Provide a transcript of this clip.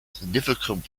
significant